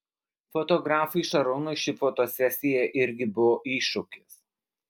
fotografui šarūnui ši fotosesija irgi buvo iššūkis